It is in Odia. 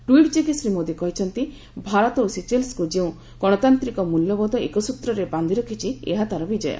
ଟୁଇଟ୍ଯୋଗେ ଶ୍ରୀ ମୋଦି କହିଛନ୍ତି ଭାରତ ଓ ସିଚେଲ୍ସ୍କୁ ଯେଉଁ ଗଣତାନ୍ତ୍ରିକ ମୂଲ୍ୟବୋଧ ଏକ ସ୍ତ୍ରରେ ବାନ୍ଧି ରଖିଛି ଏହା ତାର ବିଜୟ